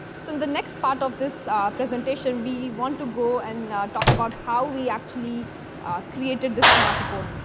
so in the next part of this ah presentation, we want to go and talk about how we actually created this smart report.